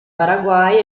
paraguay